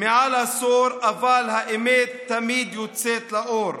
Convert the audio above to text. מעל עשור, אבל האמת תמיד יוצאת לאור.